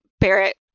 Barrett